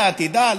לעתידה,